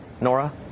Nora